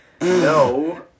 no